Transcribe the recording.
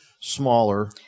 smaller